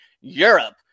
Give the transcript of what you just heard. Europe